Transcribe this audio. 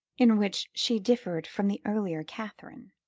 in which she differed from the earlier catherine.